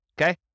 Okay